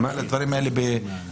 גם על הדברים האלה בנוטריונים.